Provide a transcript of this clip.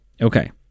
Okay